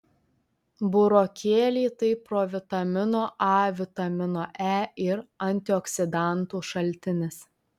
burokėliai tai provitamino a vitamino e ir antioksidantų šaltinis